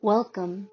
Welcome